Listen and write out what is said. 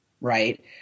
right